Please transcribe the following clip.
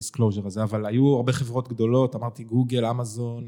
הזה אבל היו הרבה חברות גדולות אמרתי גוגל אמזון